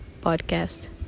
podcast